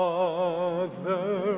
Father